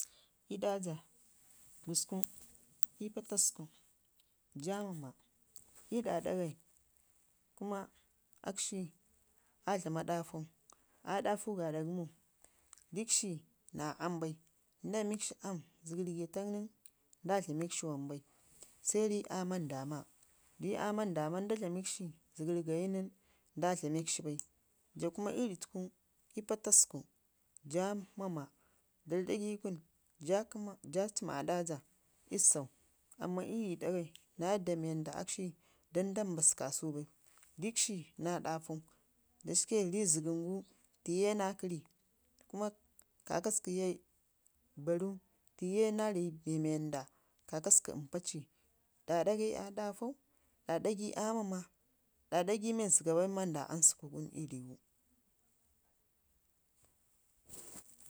ii ɗa jaa gurku ii pətəsk um jaa maama, ii ɗa ɗagai kuma aa dlama ɗaafau aa daafau gaaɗa gəmo rikshi naka aam bai nda dlamikshi aam zəgərr gai tak nən sai rii aaman daama, jii aaman daama nən nda dlamikshi zəgərr gayi nən nda dlamekshi bai saa kumaii əiitaku ii pataskumu jag dlama magma da riɗagai ngum jaa liimma aaɗa jaa ii susau amman ii rii ɗagai nag yanda mii dammbasu ka sənubai rikshi naa daafau, dashike bii zəgəmgu tiye naa kərri kuma kakasku ke barrutiye naa rii wanda kakaska impaa ci ɗa dagai aa daafau, ɗa ɗagai aa maame, da ɗai ngun zəga bai ma, nda aam səku ngum ii riiwu.